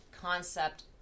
Concept